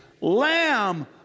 lamb